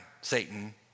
Satan